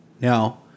Now